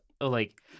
like-